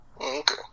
Okay